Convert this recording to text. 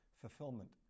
fulfillment